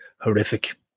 horrific